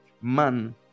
man